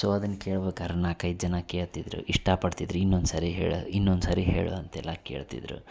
so ಅದನ್ನು ಕೇಳ್ಬೇಕಾದ್ರೆ ನಾಲ್ಕೈದು ಜನ ಕೇಳ್ತಿದ್ದರು ಇಷ್ಟಪಡ್ತಿದ್ದರು ಇನ್ನೊಂದು ಸಾರಿ ಹೇಳು ಇನ್ನೊಂದು ಸಾರಿ ಹೇಳು ಅಂತೆಲ್ಲ ಕೇಳ್ತಿದ್ದರು